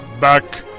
back